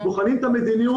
בוחנים את המדיניות,